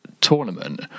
tournament